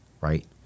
right